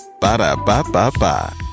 Ba-da-ba-ba-ba